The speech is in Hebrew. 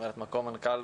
ממלאת מקום מנכ"ל